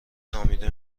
نامیده